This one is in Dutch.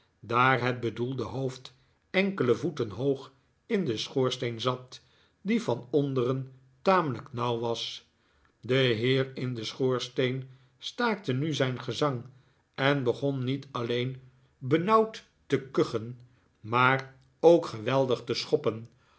daar het bedoelde hoofd enkele voeten hoog in den schoorsteen zat die van onderen tamelijk nauw was de heer in den schoorsteen staakte nu zijn gezang en begon niet alleen benauwd te kuchen maar ook geweldig te schoppen